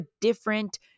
different